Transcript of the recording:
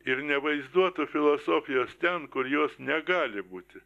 ir nevaizduotų filosofijos ten kur jos negali būti